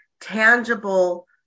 tangible